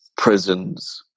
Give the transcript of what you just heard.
prisons